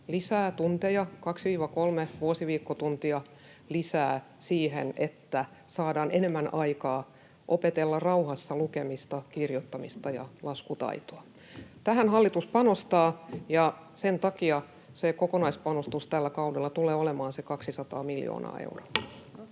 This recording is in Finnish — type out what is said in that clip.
lisää tunteja, kaksi—kolme vuosiviikkotuntia lisää siihen, että saadaan enemmän aikaa opetella rauhassa lukemista, kirjoittamista ja laskutaitoa. Tähän hallitus panostaa, ja sen takia kokonaispanostus tällä kaudella tulee olemaan se 200 miljoonaa euroa.